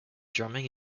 drumming